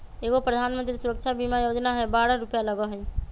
एगो प्रधानमंत्री सुरक्षा बीमा योजना है बारह रु लगहई?